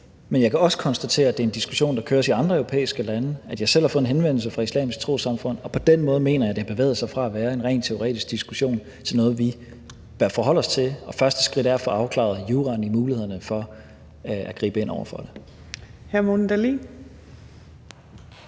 men jeg kan også konstatere, at det er en diskussion, der kører i andre europæiske lande, og at jeg selv har fået en henvendelse fra Islamisk Trossamfund. På den måde mener jeg, at det har bevæget sig fra at være en rent teoretisk diskussion til noget, vi bør forholde os til. Første skridt er at få afklaret juraen i mulighederne for at gribe ind over for det.